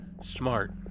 Smart